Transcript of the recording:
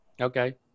Okay